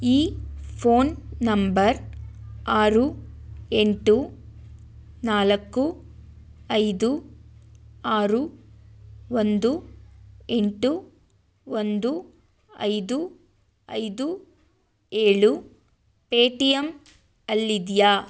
ಈ phone number ಆರು ಎಂಟು ನಾಲ್ಕು ಐದು ಆರು ಒಂದು ಎಂಟು ಒಂದು ಐದು ಐದು ಏಳು ಪೇಟಿಯಮ್ ಅಲ್ಲಿದೆಯಾ